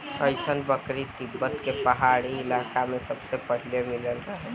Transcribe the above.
अइसन बकरी तिब्बत के पहाड़ी इलाका में सबसे पहिले मिलल रहे